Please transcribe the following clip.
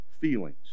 feelings